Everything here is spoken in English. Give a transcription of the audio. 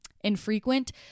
infrequent